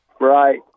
Right